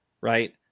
right